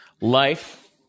Life